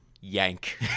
yank